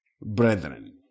brethren